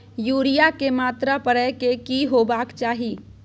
Urea के मात्रा परै के की होबाक चाही?